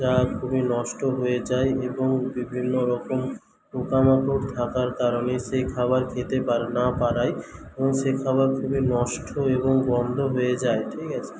যা খুবই নষ্ট হয়ে যায় এবং বিভিন্নরকম পোকামাকড় থাকার কারণে সে খাবার খেতে পারা না পারায় সে খাবার খুবই নষ্ট এবং গন্ধ হয়ে যায় ঠিক আছে